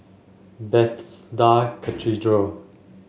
Bethesda Cathedral